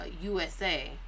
USA